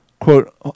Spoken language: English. quote